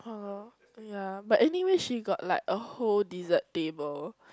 ya but anyway she got like a whole dessert table